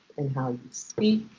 and how you speak.